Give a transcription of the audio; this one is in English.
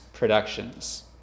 productions